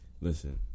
listen